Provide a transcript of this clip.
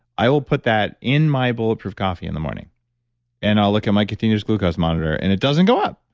i will put that in my bulletproof coffee in the morning and i'll look at my continuous glucose monitor and it doesn't go up.